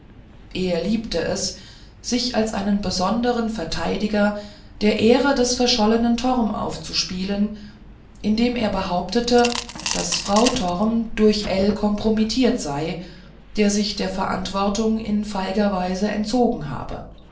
er liebte es sich als einen besonderen verteidiger der ehre des verschollenen torm aufzuspielen indem er behauptete daß frau torm durch ell kompromittiert sei der sich der verantwortung in feiger weise entzogen habe